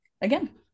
again